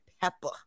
pepper